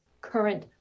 current